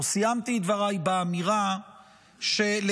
או סיימתי את דבריי באמירה שלצערי,